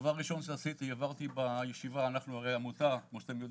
הדבר הראשון שעשיתי הוא שהעברתי בישיבה - כמו שאתם יודעים,